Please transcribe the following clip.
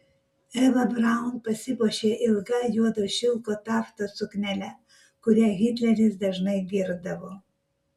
eva braun pasipuošė ilga juodo šilko taftos suknele kurią hitleris dažnai girdavo